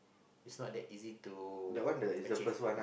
it's not that easy to achieve